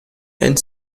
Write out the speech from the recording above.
and